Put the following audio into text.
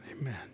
Amen